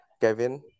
Kevin